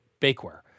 bakeware